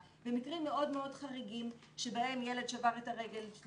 במקרים מאוד מאוד חריגים בהם למשל ילד שבר את הרגל.